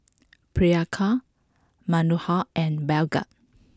Priyanka Manohar and Bhagat